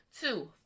Two